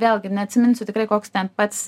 vėlgi neatsiminsiu tikrai koks ten pats